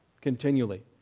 continually